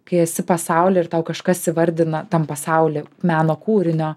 kai esi pasauly ir tau kažkas įvardina tam pasauly meno kūrinio